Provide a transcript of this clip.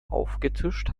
aufgetischt